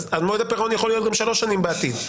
אז מועד הפירעון יכול להיות גם שלוש שנים בעתיד.